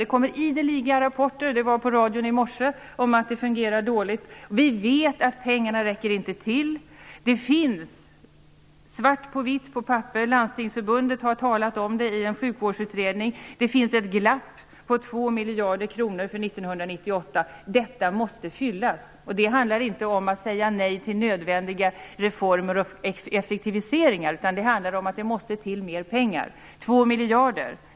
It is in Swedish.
Det kommer ideligen rapporter, t.ex. i morse hörde vi det på radion, om att det fungerar dåligt. Vi vet att pengarna inte räcker till. Det finns svart på vitt - Landstingsförbundet har talat om det i en sjukvårdsutredning - att det finns ett glapp på 2 miljarder kronor för 1998. Detta måste fyllas. Det handlar inte om att säga nej till nödvändiga reformer eller effektiviseringar, utan det handlar om att det måste till mer pengar, 2 miljarder.